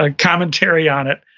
ah commentary on it,